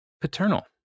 paternal